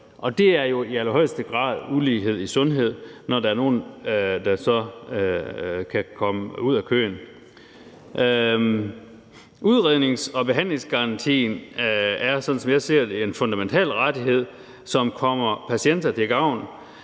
Det er jo i allerhøjeste grad ulighed i sundhed, når der er nogen, der så kan komme ud af køen. Udrednings- og behandlingsgarantien er, sådan som jeg ser det, en fundamental rettighed, som kommer patienter til gavn,